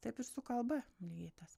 taip ir su kalba lygiai tas